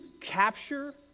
capture